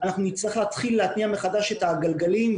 אנחנו נצטרך להתחיל להתניע מחדש את הגלגלים,